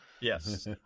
Yes